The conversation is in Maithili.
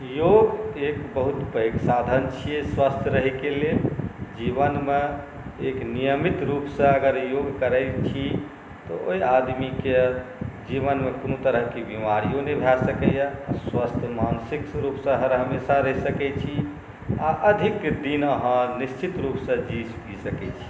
योग एक बहुत पैघ साधन छिए स्वस्थ्य रहैके लेल जीवनमे एक नियमित रूपसँ अगर योग करैत छी तऽ ओहि आदमीके जीवनमे कोनो तरहके बीमारिओ नहि भऽ सकैए स्वस्थ्य मानसिक रूपसँ हर हमेशा रहि सकै छी आओर अधिक दिन अहाँ निश्चित रूपसँ जीबि सकै छी